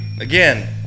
Again